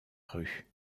rue